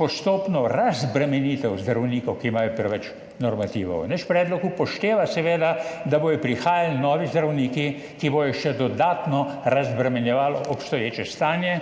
postopno razbremenitev zdravnikov, ki imajo preveč normativov. Naš predlog seveda upošteva, da bodo prihajali novi zdravniki, ki bodo še dodatno razbremenjevali obstoječe stanje.